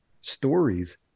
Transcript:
stories